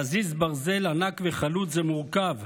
להזיז ברזל ענק וחלוד זה מורכב,